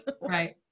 right